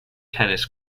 tennis